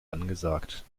angesagt